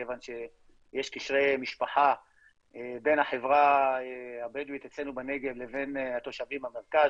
כיוון שיש קשרי משפחה בין החברה הבדואית אצלנו בנגב לבין התושבים במרכז,